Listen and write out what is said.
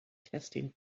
testing